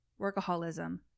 workaholism